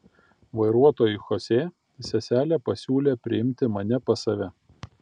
vairuotojui chosė seselė pasiūlė priimti mane pas save